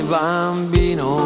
bambino